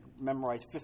memorize